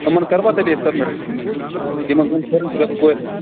ہُمن کَروا تیٚلہِ أسۍ سبمِٹ یِمن دۄن پھِرن چھُ گَژھُن کوریٚن